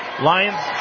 Lions